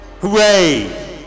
Hooray